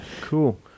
cool